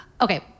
okay